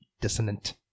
dissonant